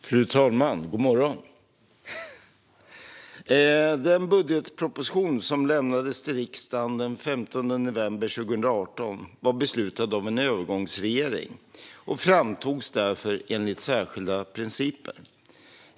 Fru talman! God morgon! Den budgetproposition som lämnades till riksdagen den 15 november 2018 var beslutad av en övergångsregering och framtogs därför enligt särskilda principer.